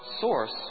source